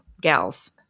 gals